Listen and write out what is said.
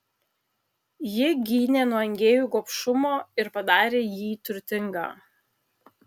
ji gynė nuo engėjų gobšumo ir padarė jį turtingą